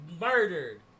Murdered